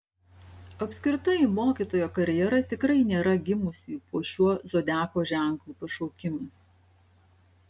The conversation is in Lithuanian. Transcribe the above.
apskritai mokytojo karjera tikrai nėra gimusiųjų po šiuo zodiako ženklu pašaukimas